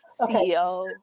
CEO